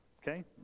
okay